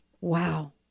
Wow